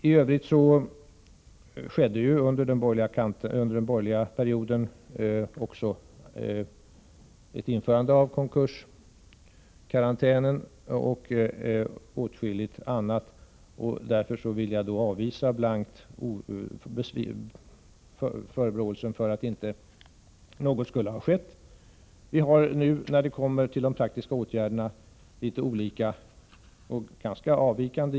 IT övrigt vill jag säga att under den borgerliga perioden infördes konkurskarantänen och åtskilligt annat. Därför avvisar jag blankt förebråelsen att inte något skulle ha skett. När det gäller de praktiska åtgärderna har vi olika uppfattning.